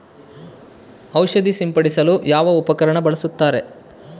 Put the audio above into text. ಔಷಧಿ ಸಿಂಪಡಿಸಲು ಯಾವ ಉಪಕರಣ ಬಳಸುತ್ತಾರೆ?